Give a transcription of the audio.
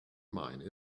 mine